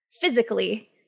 physically